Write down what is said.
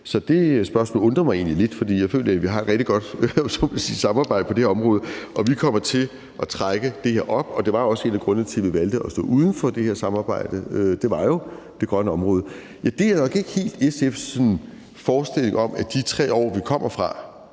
Så det spørgsmål undrer mig egentlig lidt, for jeg føler, at vi har et rigtig godt samarbejde, om man så må sige, på det her område. Og vi kommer til at trække det her op. Det var også en af grundene til, at vi valgte at stå uden for det her samarbejde – det var jo det grønne område. Jeg deler nok ikke helt SF's forestilling om, at de 3 år, vi kommer fra,